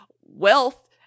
wealth